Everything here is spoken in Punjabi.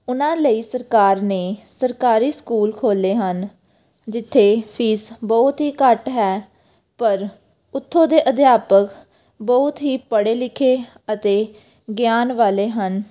ਉਹਨਾਂ ਲਈ ਸਰਕਾਰ ਨੇ ਸਰਕਾਰੀ ਸਕੂਲ ਖੋਲ੍ਹੇ ਹਨ ਜਿੱਥੇ ਫੀਸ ਬਹੁਤ ਹੀ ਘੱਟ ਹੈ ਪਰ ਉੱਥੋਂ ਦੇ ਅਧਿਆਪਕ ਬਹੁਤ ਹੀ ਪੜ੍ਹੇ ਲਿਖੇ ਅਤੇ ਗਿਆਨ ਵਾਲੇ ਹਨ